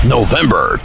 November